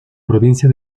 provincia